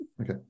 Okay